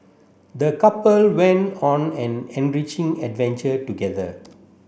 the couple went on an enriching adventure together